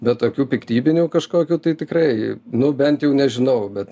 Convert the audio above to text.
bet tokių piktybinių kažkokių tai tikrai nu bent jau nežinau bet